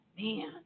Man